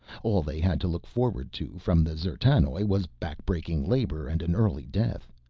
all they had to look forward to from the d'zertanoj was backbreaking labor and an early death.